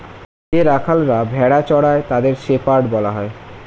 যে রাখালরা ভেড়া চড়ায় তাদের শেপার্ড বলা হয়